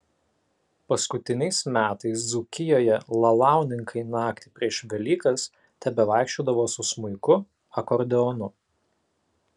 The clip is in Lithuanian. paskutiniais metais dzūkijoje lalauninkai naktį prieš velykas tebevaikščiodavo su smuiku akordeonu